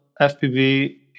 FPV